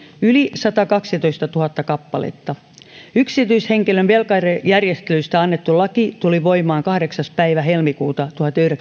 yli satakaksitoistatuhatta kappaletta yksityishenkilön velkajärjestelystä annettu laki tuli voimaan kahdeksas päivä helmikuuta